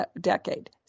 decade